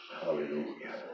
Hallelujah